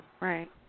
Right